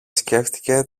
σκέφτηκε